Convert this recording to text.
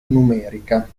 numerica